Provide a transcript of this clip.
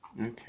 Okay